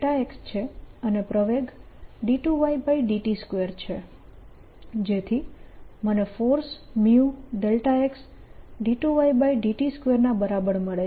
x છે અને પ્રવેગ 2yt2 છે જેથી મને ફોર્સ μ x2yt2 ના બરાબર મળે છે